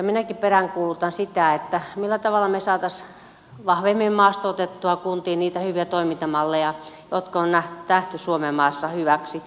minäkin peräänkuulutan sitä millä tavalla me saisimme vahvemmin maastoutettua kuntiin niitä hyviä toimintamalleja jotka on nähty suomenmaassa hyväksi